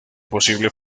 posible